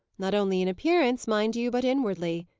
not only in appearance, mind you, but inwardly.